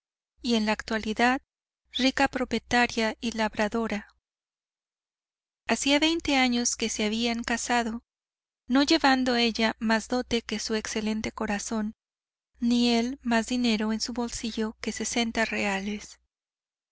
y en la actualidad rica propietaria y labradora hacía veinte años que se habían casado no llevando ella más dote que su excelente corazón ni él más dinero en su bolsillo que reales